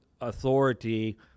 authority